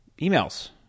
emails